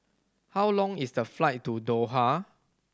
how long is the flight to Doha